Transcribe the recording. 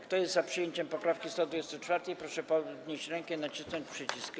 Kto jest za przyjęciem poprawki 124., proszę podnieść rękę i nacisnąć przycisk.